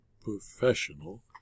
professional